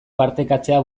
partekatzea